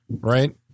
Right